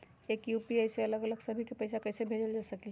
एक यू.पी.आई से अलग अलग सभी के पैसा कईसे भेज सकीले?